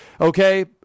okay